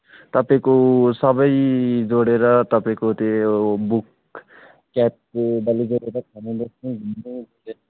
तपाईँको सबै जोडेर तपाईँको त्यो बुक क्याबको पनि जोडेर खानु बस्नु हिँड्नु